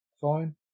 fine